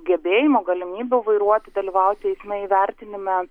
gebėjimų galimybių vairuoti dalyvauti eisme įvertinime